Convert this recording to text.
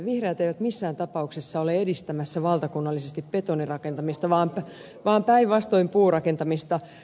vihreät eivät missään tapauksessa ole edistämässä valtakunnallisesti betonirakentamista vaan päinvastoin puurakentamista